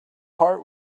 heart